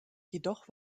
jedoch